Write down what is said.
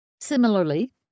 Similarly